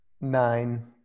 nine